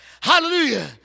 Hallelujah